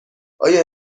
آیا